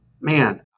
man